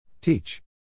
Teach